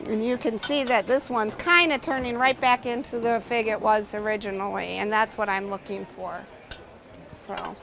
you can see that this one's kind of turning right back into the figure it was originally and that's what i'm looking for so